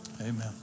Amen